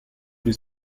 les